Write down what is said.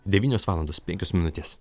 devynios valandos penkios minutės